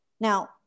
Now